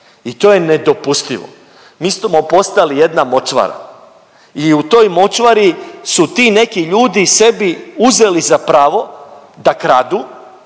i to je nedopustivo. Mi smo postali jedna močvara i u toj močvari su ti neki ljudi sebi uzeli za pravo da kradu,